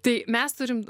tai mes turim